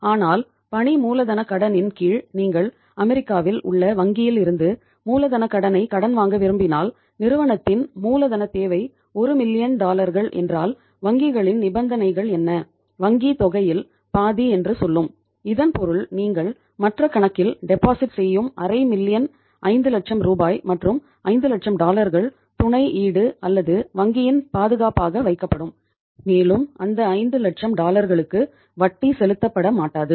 ஆனால் பணி மூலதனக் கடனின் கீழ் நீங்கள் அமெரிக்காவில் வட்டி செலுத்தப்பட மாட்டாது